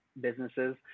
businesses